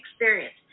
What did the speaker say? experience